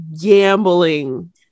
gambling